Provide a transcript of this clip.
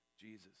Jesus